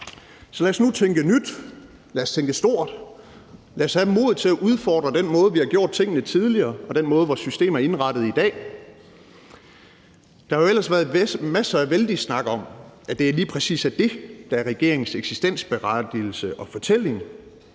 Så lad os nu tænke nyt, lad os tænke stort, og lad os have modet til at udfordre den måde, vi har gjort tingene på tidligere, og den måde, vores system er indrettet på i dag. Der har jo ellers været masser af vældige snakke om, at det lige præcis er det, der er regeringens eksistensberettigelse og fortælling,